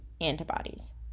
antibodies